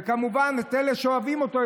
וכמובן של אלה שאוהבים אותו,